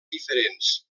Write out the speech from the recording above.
diferents